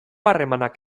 harremanak